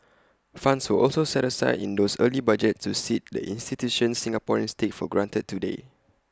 funds were also set aside in those early budgets to seed the institutions Singaporeans take for granted today